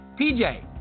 PJ